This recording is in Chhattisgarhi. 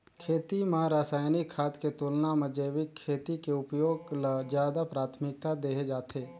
खेती म रसायनिक खाद के तुलना म जैविक खेती के उपयोग ल ज्यादा प्राथमिकता देहे जाथे